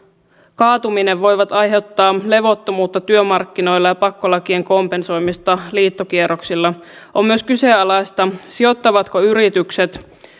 kaatuminen voivat aiheuttaa levottomuutta työmarkkinoilla ja pakkolakien kompensoimista liittokierroksilla on myös kyseenalaista sijoittavatko yritykset